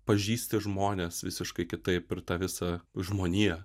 pažįsti žmones visiškai kitaip ir tą visą žmoniją